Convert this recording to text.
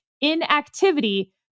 inactivity